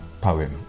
poem